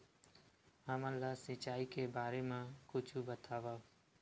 हमन ला सिंचाई के बारे मा कुछु बतावव?